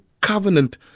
covenant